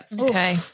Okay